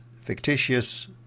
fictitious